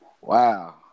Wow